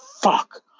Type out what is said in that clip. Fuck